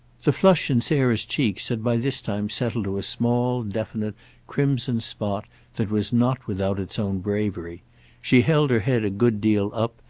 the flush in sarah's cheeks had by this time settled to a small definite crimson spot that was not without its own bravery she held her head a good deal up,